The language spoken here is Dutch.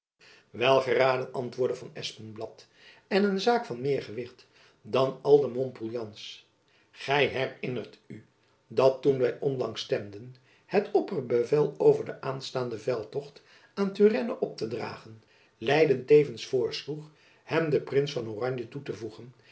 wel geraden antwoordde van espenblad en een zaak van meer gewicht dan al de montpouillans gy herinnert u dat toen wy onlangs stemden het opperbevel over den aanstaanden veldtocht aan turenne op te dragen leyden tevens voorsloeg hem den prins van oranje toe te voegen